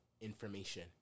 information